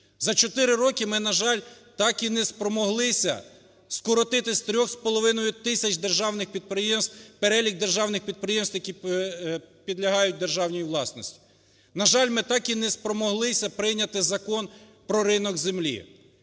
роки ми, на жаль, так не спромоглися скоротити з 3,5 тисяч державних підприємств, перелік державних підприємств, які підлягають державній власності. На жаль, ми так і не спромоглися прийняти Закон про ринок землі,